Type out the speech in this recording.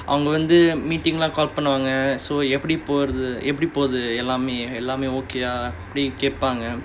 அவங்க வந்து:avanga vanthu meeting leh call பண்ணுவாங்க:pannuvaanga so எல்லாமே எப்பிடி போது எல்லாமே எல்லாமே:ellaamae eppidi pothu ellaamae ellaamae okay yeah அப்பிடி கேப்பாங்க:ya appidi kepaanga